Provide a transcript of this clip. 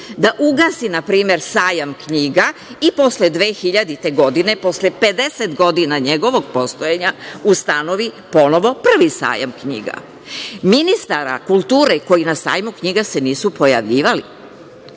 da ugasi npr. sajam knjiga i posle 2000. godine, posle 50 godina njegovog postojanja ustanovi ponovi prvi Sajam knjiga ministara kulture koji na Sajmu knjiga se nisu pojavljivali